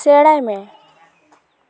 ᱥᱮᱬᱟᱭ ᱢᱮ